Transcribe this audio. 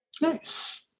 Nice